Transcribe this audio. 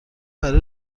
برای